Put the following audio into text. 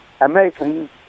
Americans